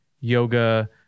yoga